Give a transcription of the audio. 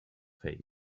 faith